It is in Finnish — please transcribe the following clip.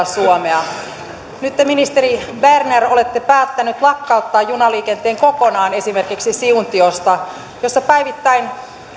suomea nyt te ministeri berner olette päättänyt lakkauttaa junaliikenteen kokonaan esimerkiksi siuntiosta jossa päivittäin